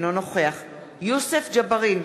אינו נוכח יוסף ג'בארין,